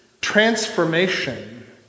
transformation